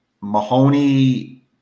Mahoney